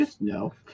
no